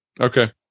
Okay